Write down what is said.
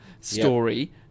story